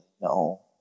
No